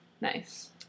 Nice